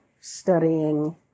studying